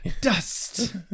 Dust